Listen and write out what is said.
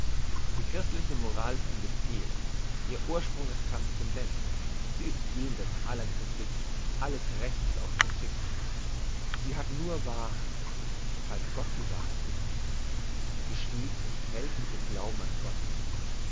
die christliche moral ist ein befehl ihr ursprung ist transscendent sie ist jenseits aller kritik alles rechts auf kritik sie hat nur wahrheit falls gott die wahrheit ist sie steht und fällt mit dem glauben an gott